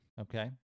Okay